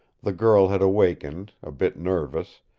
the girl had awakened, a bit nervous,